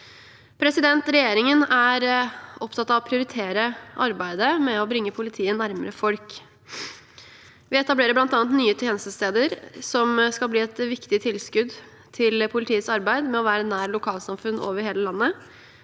lokalsamfunnet. Regjeringen er opptatt av å prioritere arbeidet med å bringe politiet nærmere folk. Vi etablerer bl.a. nye tjenestesteder som skal bli et viktig tilskudd til politiets arbeid med å være nær lokalsamfunn over hele landet,